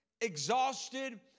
exhausted